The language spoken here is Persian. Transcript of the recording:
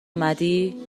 اومدی